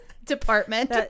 Department